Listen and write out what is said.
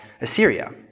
Assyria